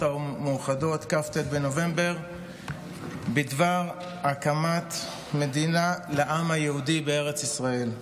המאוחדות בדבר הקמת מדינה לעם היהודי בארץ ישראל.